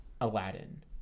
Aladdin